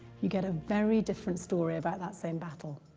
you get a very different story about that same battle.